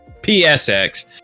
PSX